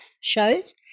Shows